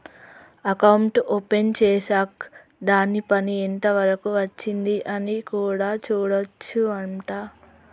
account open చేశాక్ దాని పని ఎంత వరకు వచ్చింది అని కూడా చూడొచ్చు అంట